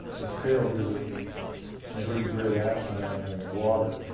this tail gives it some pretty great action down there in the water.